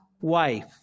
wife